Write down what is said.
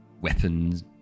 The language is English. weapons